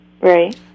Right